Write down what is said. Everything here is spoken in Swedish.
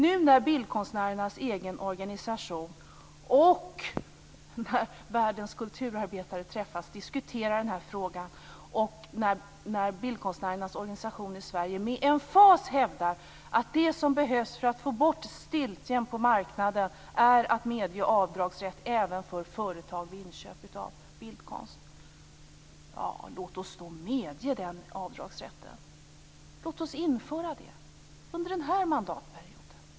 Nu när bildkonstnärernas egen organisation, och när världens kulturarbetare, när de träffas och diskuterar den här frågan, med emfas hävdar att det som behövs för att få bort stiltjen på marknaden är att medge avdragsrätt för företag även vid inköp av bildkonst, låt oss då medge den avdragsrätten. Låt oss införa det under den här mandatperioden.